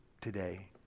today